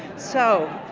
so,